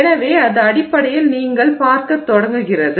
எனவே அது அடிப்படையில் நீங்கள் பார்க்கத் தொடங்குகிறது